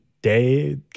day